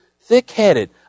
thick-headed